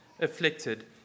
Afflicted